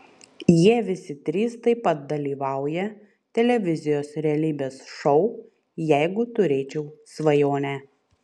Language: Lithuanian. jie visi trys taip pat dalyvauja televizijos realybės šou jeigu turėčiau svajonę